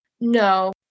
No